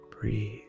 Breathe